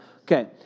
Okay